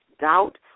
doubt